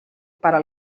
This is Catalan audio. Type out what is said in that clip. para